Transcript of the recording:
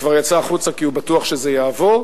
שכבר יצא החוצה כי הוא בטוח שזה יעבור.